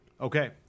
Okay